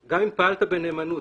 גם אם פעלת בנאמנות,